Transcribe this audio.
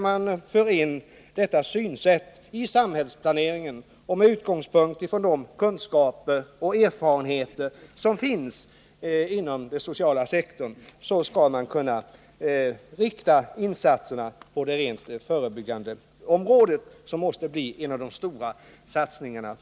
Man för då in detta synsätt i samhällsplaneringen, varvid man på basis av de kunskaper och erfarenheter som finns inom den sociala sektorn skall kunna inrikta insatserna på det rent förebyggande området. Detta måste i framtiden bli en av de största satsningarna.